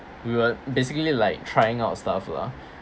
we were basically like trying out stuff lah